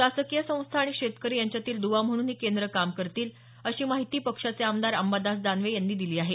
शासकीय संस्था आणि शेतकरी यांच्यातील द्वा म्हणून ही केंद्रं काम करतील अशी माहिती पक्षाचे आमदार अंबादास दानवे यांनी दिली आहे